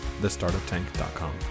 thestartuptank.com